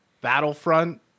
Battlefront